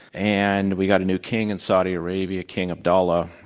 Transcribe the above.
and we got a new king in saudi arabia, king abdullah.